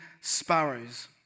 sparrows